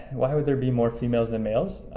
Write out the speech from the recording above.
why would there be more females than males?